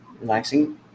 Relaxing